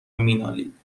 مینالید